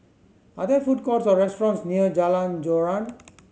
are there food courts or restaurants near Jalan Joran